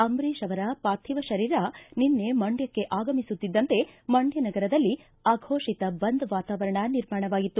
ಅಂಬರೀಶ್ ಅವರ ಪಾರ್ಥೀವ ಶರೀರ ನಿನ್ನೆ ಮಂಡ್ಯಕ್ಷೆ ಆಗಮಿಸುತ್ತಿದ್ದಂತೆ ಮಂಡ್ಯ ನಗರದಲ್ಲಿ ಅಘೋಷಿತ ಬಂದ್ ವಾತಾವರಣ ನಿರ್ಮಾಣವಾಗಿತ್ತು